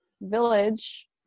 village